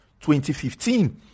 2015